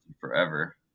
forever